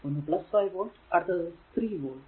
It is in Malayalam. ഒന്ന് 5 വോൾട് അടുത്ത് 3 വോൾട്